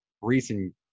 recent